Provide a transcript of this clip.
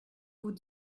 vous